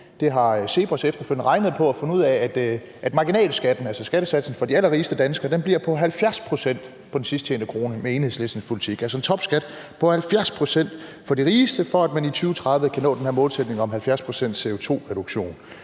Det har CEPOS efterfølgende regnet på, og de har fundet ud af, at marginalskatten, altså skattesatsen for de allerrigeste danskere, bliver på 70 pct. på den sidst tjente krone med Enhedslistens politik – altså en topskat på 70 pct. for de rigeste, for at man i 2030 kan nå den her målsætning om 70 pct.s CO2-reduktion.